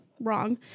wrong